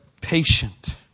patient